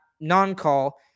non-call